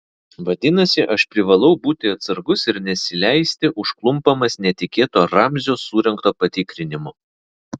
vadinasi aš privalau būti atsargus ir nesileisti užklumpamas netikėto ramzio surengto patikrinimo